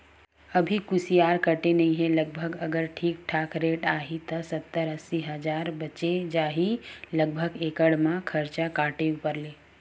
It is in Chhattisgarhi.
अभी कुसियार कटे नइ हे लगभग अगर ठीक ठाक रेट आही त सत्तर अस्सी हजार बचें जाही लगभग एकड़ म खरचा काटे ऊपर ले